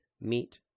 meet